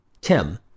Tim